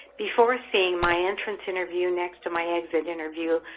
before seeing my entrance interview next to my exit interview,